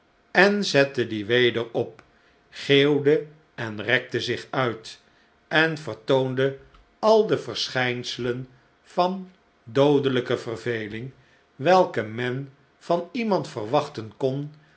en zette dien weder op geeuwde en rekte zich uit en vertoonde al de verschijnselen van doodelijke verveling welke men van iemand verwachten kon